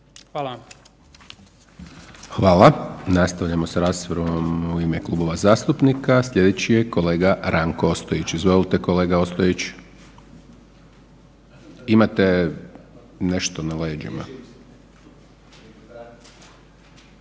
(SDP)** Hvala. Nastavljamo s raspravom u ime klubova zastupnika. Sljedeći je kolega Ranko Ostojić. Izvolite kolega Ostojić. **Ostojić,